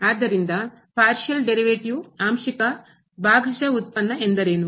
ಆದ್ದರಿಂದ partial derivative ಆಂಶಿಕ ಭಾಗಶಃ ಉತ್ಪನ್ನ ಎಂದರೇನು